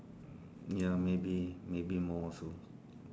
ya maybe maybe more also